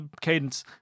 cadence